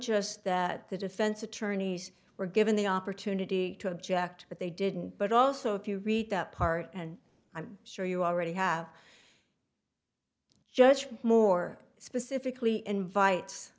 just that the defense attorneys were given the opportunity to object but they didn't but also if you read up part and i'm sure you already have judged more specifically invites